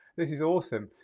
this is awesome.